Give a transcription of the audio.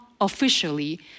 officially